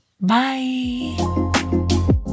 Bye